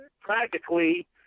practically